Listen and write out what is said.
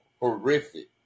horrific